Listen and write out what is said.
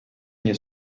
nie